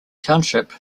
township